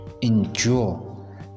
endure